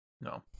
No